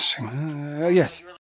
yes